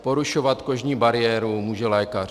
Porušovat kožní bariéru může lékař.